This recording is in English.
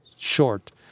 short